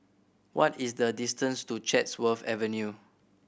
what is the distance to Chatsworth Avenue